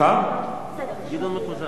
נראה לך הגיוני, סליחה?